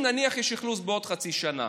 אם, נניח, יש אכלוס בעוד חצי שנה,